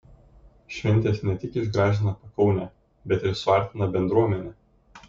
šventės ne tik išgražina pakaunę bet ir suartina bendruomenę